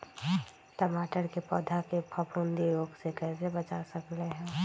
टमाटर के पौधा के फफूंदी रोग से कैसे बचा सकलियै ह?